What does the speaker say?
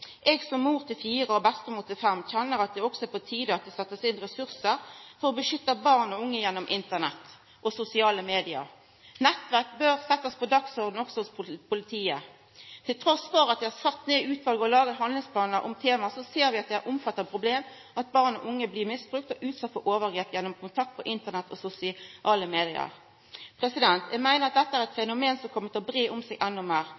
Eg – som mor til fire og bestemor til fem – kjenner at det også er på tide at det blir sett inn ressursar for å beskytta barn og unge gjennom Internett og dei sosiale media. Nettvett bør setjast på dagsordenen også hos politiet. Trass i at dei har sett ned eit utval og laga handlingsplanar om temaet, ser vi at det er eit omfattande problem at barn og unge blir misbrukte og utsette for overgrep gjennom kontaktar på Internett og i dei sosiale media. Eg meiner at dette er eit